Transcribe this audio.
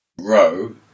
Row